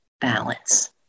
balance